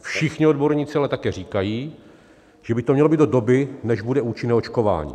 Všichni odborníci ale také říkají, že by to mělo být do doby, než bude účinné očkování.